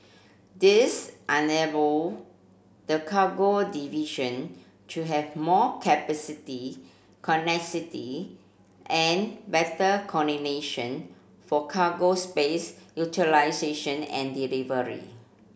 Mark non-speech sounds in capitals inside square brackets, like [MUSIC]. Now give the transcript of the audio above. this enable the cargo division to have more capacity [UNINTELLIGIBLE] and better coordination for cargo space utilisation and delivery